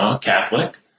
Catholic